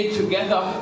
together